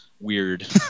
weird